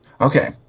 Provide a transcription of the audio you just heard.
Okay